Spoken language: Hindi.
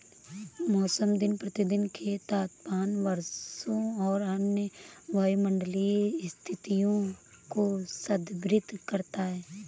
मौसम दिन प्रतिदिन के तापमान, वर्षा और अन्य वायुमंडलीय स्थितियों को संदर्भित करता है